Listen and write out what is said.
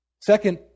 Second